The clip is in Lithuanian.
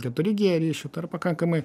keturi gie ryšiu tai yra pakankamai